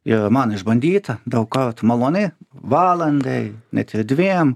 ir man išbandyta daug kartų maloniai valandai net ir dviem